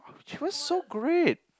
oh she was so great